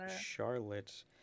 Charlotte